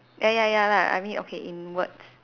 ya ya ya lah I mean okay in words